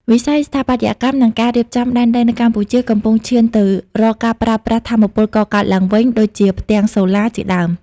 វិស័យស្ថាបត្យកម្ម និងការរៀបចំដែនដីនៅកម្ពុជា កំពុងឈានទៅរកការប្រើប្រាស់ថាមពលកកើតឡើងវិញដូចជា ផ្ទាំងសូឡា ជាដើម។